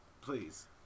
please